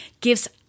gives